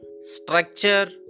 Structure